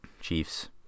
Chiefs